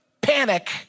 panic